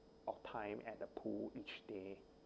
of time at the pool each day